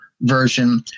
version